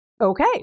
Okay